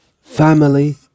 family